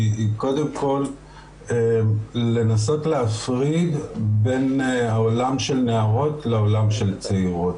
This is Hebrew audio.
קודם כל לנסות להפריד בין העולם של נערות לעולם של צעירות.